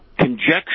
conjecture